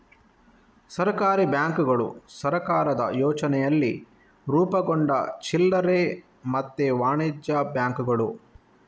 ಸಹಕಾರಿ ಬ್ಯಾಂಕುಗಳು ಸಹಕಾರದ ಯೋಚನೆಯಲ್ಲಿ ರೂಪುಗೊಂಡ ಚಿಲ್ಲರೆ ಮತ್ತೆ ವಾಣಿಜ್ಯ ಬ್ಯಾಂಕುಗಳು